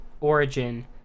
Origin